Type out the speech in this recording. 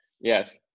Yes